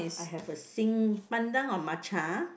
I have a sing~ pandan or matcha